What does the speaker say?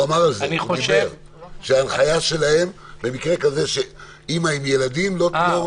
אותה אימא עם דוח